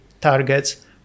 targets